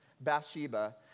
Bathsheba